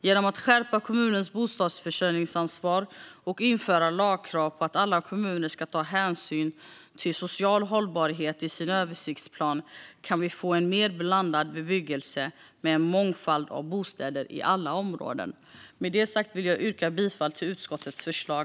Genom att skärpa kommunernas bostadsförsörjningsansvar och införa lagkrav på att alla kommuner ska ta hänsyn till social hållbarhet i sin översiktsplan kan vi få en mer blandad bebyggelse med en mångfald av bostäder i alla områden. Med detta sagt yrkar jag bifall till utskottets förslag.